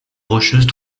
rocheuses